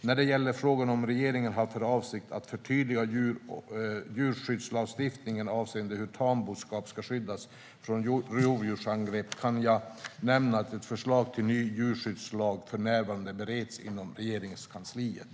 När det gäller frågan om regeringen har för avsikt att förtydliga djurskyddslagstiftningen avseende hur tamboskap ska skyddas från rovdjursangrepp kan jag nämna att ett förslag till en ny djurskyddslag för närvarande bereds inom Regeringskansliet.